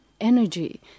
energy